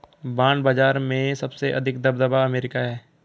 bond बाजार में सबसे अधिक दबदबा अमेरिका का है